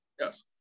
Yes